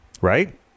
Right